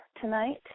tonight